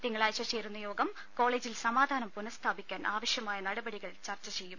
തിങ്കളാഴ്ച ചേരുന്ന ്യോഗം കോളജിൽ സമാധാനം പുനസ്ഥാപിക്കാൻ ആവശ്യമായ നടപടികൾ ചർച്ച ചെയ്യും